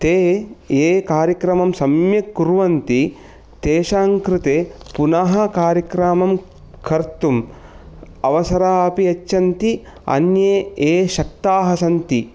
ते ये कार्यक्रमं सम्यक् कुर्वन्ति तेषां कृते पुनः कार्यक्रमं कर्तुम् अवसरः अपि यच्छन्ति अन्ये ये शक्ताः सन्ति